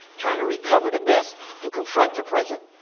trying to recover the best to confront the present,